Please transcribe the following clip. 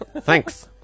Thanks